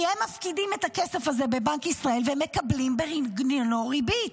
כי הם מפקידים את הכסף הזה בבנק ישראל ומקבלים בגינו ריבית.